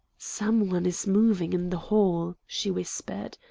some one is moving in the hall, she whispered.